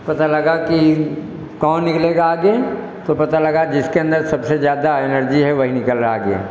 पता लगा कि कौन निकलेगा आगे तो पता लगा जिसके अंदर सबसे ज़्यादा एनर्जी है वही निकल रहा आगे है